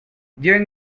during